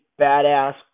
badass